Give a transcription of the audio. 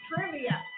Trivia